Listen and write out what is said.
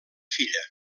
filla